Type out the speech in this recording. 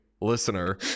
listener